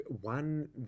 one